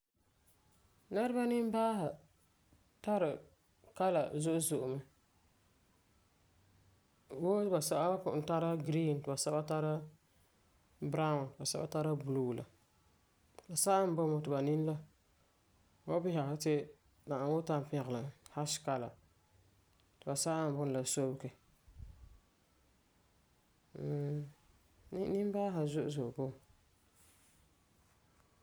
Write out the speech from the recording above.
Nɛreba nimbaasi tari colour zo'e zo'e mɛ. Wuu basɛba wan kɔ'ɔm tara green ti basɛba tara Brown ti basɛba tara blue la. Basɛba me boi mɛ ti ba nini la fu san bisa na ani wuu tampɛgelum la. Ash colour. Ti basɛba me bunɔ sobege. Mmm, nimbaasi zo'e zo'e boi mɛ.